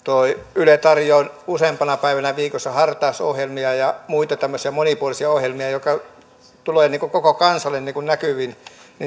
yle tarjoaa useampana päivänä viikossa hartausohjelmia ja muita tämmöisiä monipuolisia ohjelmia jotka tulevat koko kansalle näkyviin